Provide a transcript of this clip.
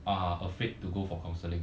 are afraid to go for counselling